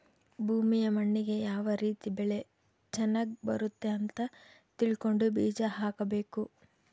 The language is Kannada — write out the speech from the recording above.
ಭೂಮಿಯ ಮಣ್ಣಿಗೆ ಯಾವ ರೀತಿ ಬೆಳೆ ಚನಗ್ ಬರುತ್ತೆ ಅಂತ ತಿಳ್ಕೊಂಡು ಬೀಜ ಹಾಕಬೇಕು